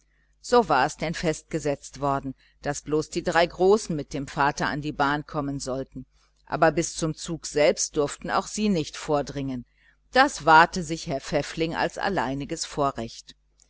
so war es denn festgesetzt worden daß bloß die drei großen mit dem vater an die bahn kommen sollten aber bis zum zug selbst durften auch sie nicht vordringen das wahrte sich herr pfäffling als alleiniges vorrecht